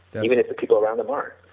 even if the people around them are,